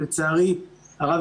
לצערי הרב,